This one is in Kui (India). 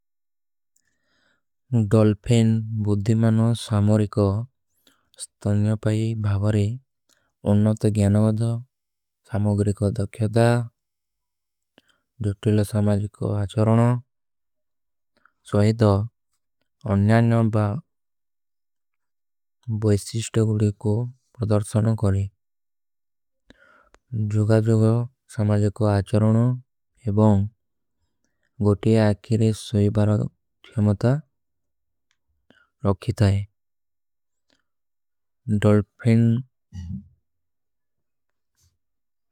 ଡଲ୍ଫେନ ବୁଦ୍ଧିମାନ ସାମୋରୀ କୋ ସ୍ଥାନ୍ଯପାଈ ଭାଵରେ ଅନ୍ନତ ଗ୍ଯାନଵଦ। ସାମୋଗରୀ କୋ ଦକ୍ଯୋଦା ଜୁଟ୍ଟିଲ ସାମାଜୀ କୋ। ଆଚରଣ ସୋହିଦ ଅନ୍ଯାନ୍ଯାଂ ବା ବୈସିଶ୍ଟେ କୋ। ପ୍ରଦର୍ଶନ କରେଂ ଜୁଗା ଜୁଗା ସାମାଜୀ କୋ ଆଚରଣୋଂ। ଏବଂ ଗୋଟୀ ଆକିରେ ସୋହିବାରା କ୍ଯାମତା ରୋଖୀ ଥାଈ।